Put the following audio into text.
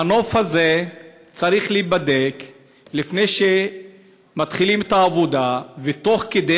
המנוף הזה צריך להיבדק לפני שמתחילים את העבודה ותוך כדי,